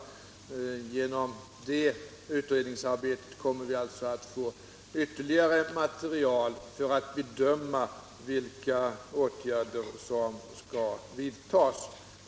Genom det utredningsarbetet kommer vi alltså att få ytterligare material för att bedöma vilka åtgärder som skall vidtas.